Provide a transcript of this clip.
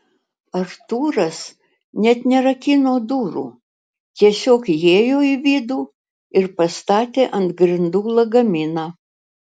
artūras net nerakino durų tiesiog įėjo į vidų ir pastatė ant grindų lagaminą